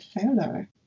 failure